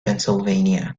pennsylvania